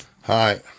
Hi